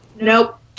Nope